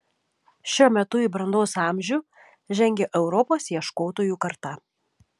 šiuo metu į brandos amžių žengia europos ieškotojų karta